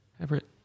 Everett